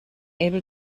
able